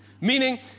Meaning